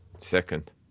Second